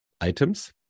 items